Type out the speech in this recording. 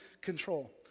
control